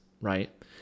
right